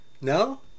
No